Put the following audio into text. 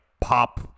pop